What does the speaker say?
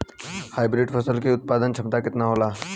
Hybrid फसल क उत्पादन क्षमता केतना होला?